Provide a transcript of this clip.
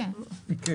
כן.